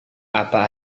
apa